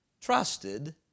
trusted